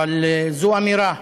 אבל זו אמירה.